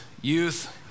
youth